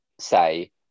say